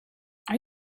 are